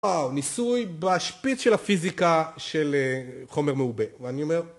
וואו, ניסוי בשפיץ של הפיזיקה של חומר מאובה, ואני אומר...